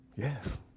Yes